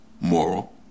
moral